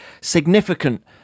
significant